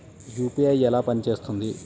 UPI ఎలా పనిచేస్తుంది?